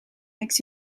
makes